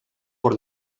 por